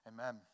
amen